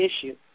issue